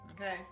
Okay